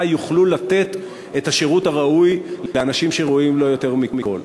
יוכלו לתת את השירות הראוי לאנשים שראויים לו יותר מכול.